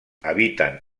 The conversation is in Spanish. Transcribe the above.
habitan